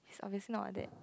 obviously not that